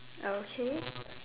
okay